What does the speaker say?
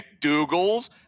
McDougal's